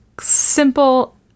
simple